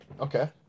Okay